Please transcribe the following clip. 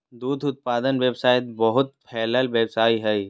दूध उत्पादन व्यवसाय बहुत फैलल व्यवसाय हइ